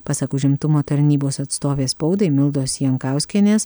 pasak užimtumo tarnybos atstovės spaudai mildos jankauskienės